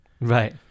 Right